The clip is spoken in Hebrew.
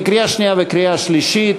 לקריאה שנייה ולקריאה שלישית.